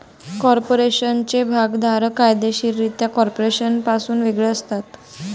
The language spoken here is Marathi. कॉर्पोरेशनचे भागधारक कायदेशीररित्या कॉर्पोरेशनपासून वेगळे असतात